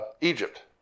Egypt